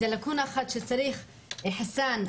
חסאן,